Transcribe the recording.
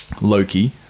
Loki